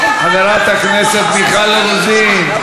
היחיד שאמר, חברת הכנסת מיכל רוזין.